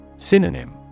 Synonym